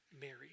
Mary